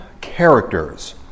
characters